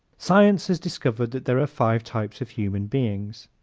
science has discovered that there are five types of human beings.